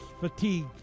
fatigue